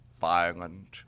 violent